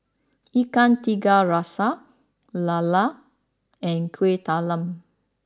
Ikan Tiga Rasa Lala and Kueh Talam